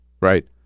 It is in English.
right